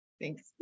Thanks